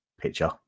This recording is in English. picture